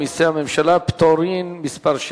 2,